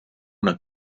una